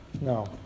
No